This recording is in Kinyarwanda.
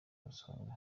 busanzwe